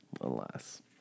alas